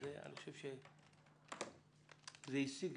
אז אני חושב שגם הדיון היה